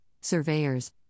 surveyors